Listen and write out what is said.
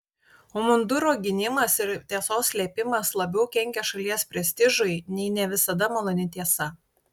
o munduro gynimas ir tiesos slėpimas labiau kenkia šalies prestižui nei ne visada maloni tiesa